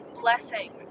blessing